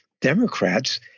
Democrats